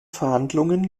verhandlungen